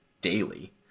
daily